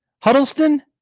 Huddleston